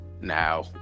now